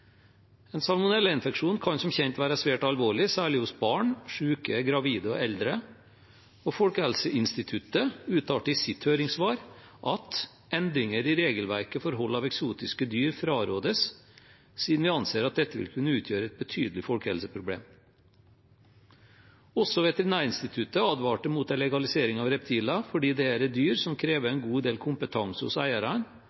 En salmonellainfeksjon kan som kjent være svært alvorlig, særlig for barn, syke, gravide og eldre, og Folkehelseinstituttet uttalte i sitt høringssvar at «Endring i regelverket for hold av eksotiske dyr frarådes, siden vi anser at dette vil kunne utgjøre et betydelig folkehelseproblem.» Også Veterinærinstituttet advarte mot en legalisering av reptiler, fordi dette er dyr som krever